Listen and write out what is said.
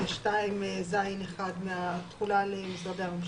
סעיף 2(י) שהחריג את סעיף 2(ז1) מהתחולה על משרדי הממשלה.